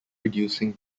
reducing